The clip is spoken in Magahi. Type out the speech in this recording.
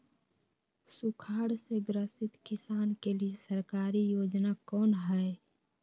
सुखाड़ से ग्रसित किसान के लिए सरकारी योजना कौन हय?